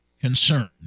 concern